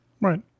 Right